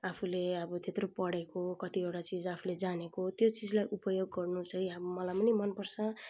आफूले अब त्यत्रो पढेको कतिवटा चिज आफूले जानेको त्यो चिजलाई उपयोग गर्नु चाहिँ हाम् मलाई पनि मनपर्छ